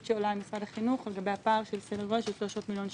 שעולה ממשרד החינוך לגבי פער של כ-300 מיליון שקל.